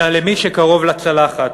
אלא למי שקרוב לצלחת.